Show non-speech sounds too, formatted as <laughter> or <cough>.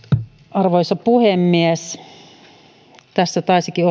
arvoisa puhemies tässä taisikin <unintelligible>